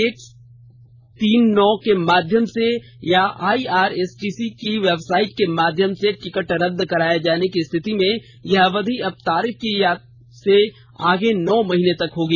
एक तीन नौ के माध्यम से या आईआरसीटीसी की वेबसाइट के माध्यम से टिकट रद्द कराये जाने की रिथित में यह अवधि अब यात्रा की तारीख से आगे नौ महीने तक होगी